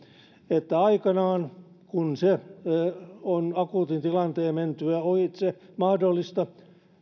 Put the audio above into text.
että aikanaan kun se akuutin tilanteen mentyä ohitse on mahdollista